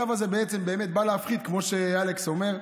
הצו הזה בעצם באמת בא להפחית, כמו שאלכס אומר,